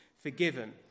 forgiven